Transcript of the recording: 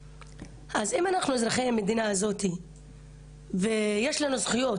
אז אם אנחנו אזרחי המדינה הזאת ויש לנו זכויות,